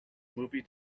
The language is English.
movie